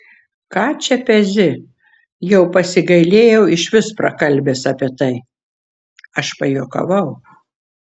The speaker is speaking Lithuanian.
ką čia pezi jau pasigailėjau išvis prakalbęs apie tai aš pajuokavau